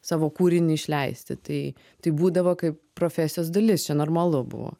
savo kūrinį išleisti tai tai būdavo kaip profesijos dalis čia normalu buvo